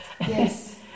Yes